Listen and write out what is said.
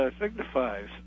signifies